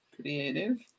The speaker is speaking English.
Creative